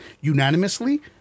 unanimously